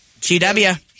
GW